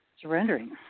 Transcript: surrendering